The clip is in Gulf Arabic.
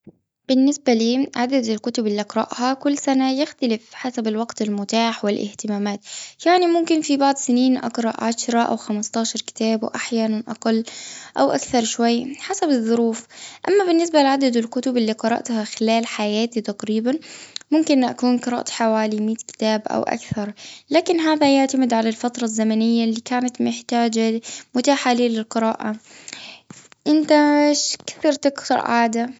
بالنسبة لي، عدد الكتب اللي اقرأها كل سنة، يختلف حسب الوقت المتاح والاهتمامات. يعني ممكن في بعض السنين، اقرأ عشرة أو خمستاشر كتاب، وأحياناً أقل أو أكثر شوي، حسب الظروف. أما بالنسبة لعدد الكتب اللي قرأتها خلال حياتي، تقريباً ممكن أكون قرأت، حوالي مية كتاب، أو أكثر. لكن هذا يعتمد على الفترة الزمنية، اللي كانت محتاجة- متاحة لي للقراءة. انتاش كسر تكسر.